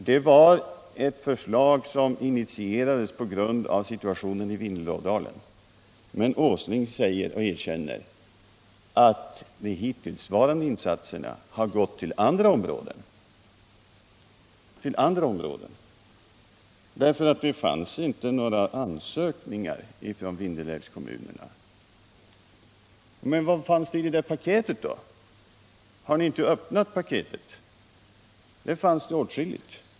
Det var ewt förslag som initierades av situationen i Vindelådalen, men Nils Åsling erkänner att de hittillsvarande insatserna har gått till andra områden därför att det inte fanns några ansökningar från Vindelälvskommunerna. Men vad fanns det i paketet då? Har ni inte öppnat det? Där fanns åtskilligt.